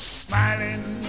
smiling